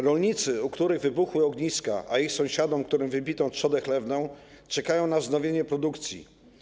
Rolnicy, u których wybuchły ogniska, ich sąsiedzi, którym wybito trzodę chlewną, czekają na wznowienie produkcji.